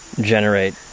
generate